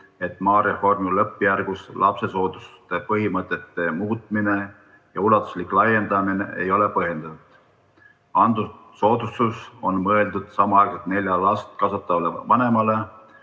et maareformi lõppjärgus lapsesoodustuse põhimõtete muutmine ja ulatuslik laiendamine ei ole põhjendatud. See soodustus on mõeldud samaaegselt nelja last kasvatavale vanemale,